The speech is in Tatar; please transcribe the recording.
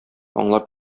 аңлап